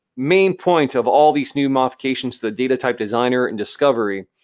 main point of all these new modifications, the data type designer and discovery,